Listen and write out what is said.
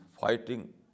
fighting